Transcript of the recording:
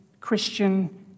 Christian